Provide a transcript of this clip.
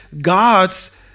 God's